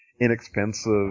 inexpensive